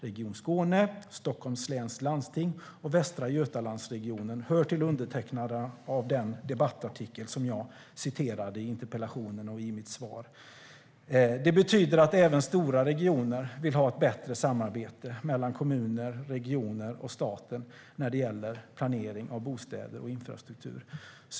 Region Skåne, Stockholms läns landsting och Västra Götalandsregionen hör till undertecknarna av den debattartikel jag citerat i interpellationen och i mitt svar här. Det betyder att även stora regioner vill ha ett bättre samarbete mellan kommuner, regioner och staten när det gäller planering av bostäder och infrastruktur.